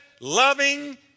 loving